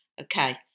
okay